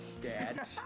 Dad